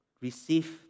receive